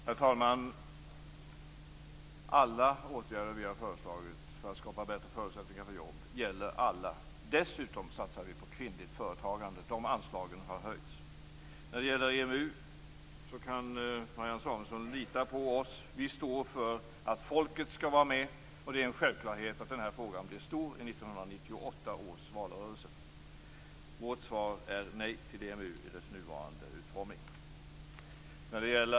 Herr talman! Alla åtgärder som vi har föreslagit för att skapa bättre förutsättningar för jobb gäller alla. Dessutom satsar vi på kvinnligt företagande. De anslagen har höjts. När det gäller EMU kan Marianne Samuelsson lita på oss. Vi står för att folket skall vara med. Det är en självklarhet att EMU-frågan blir en stor fråga i 1998 års valrörelse. Vårt svar är alltså nej till EMU i dess nuvarande utformning.